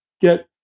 get